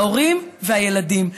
ההורים והילדים.